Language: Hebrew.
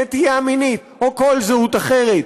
נטייה מינית או כל זהות אחרת,